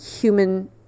human